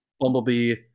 Bumblebee